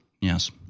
Yes